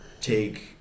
take